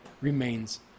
remains